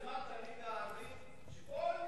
שמעת